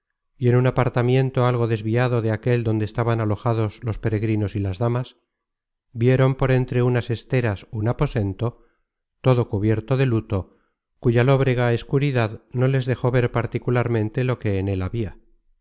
y en un apartamiento algo desviado de aquel donde estaban alojados los peregrinos y damas vieron por entre unas esteras un aposento todo cubierto de luto cuya lóbrega escuridad no les dejó ver particularmente lo que en él habia